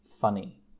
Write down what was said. funny